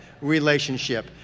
relationship